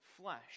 flesh